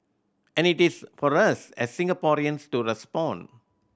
and it is for us as Singaporeans to respond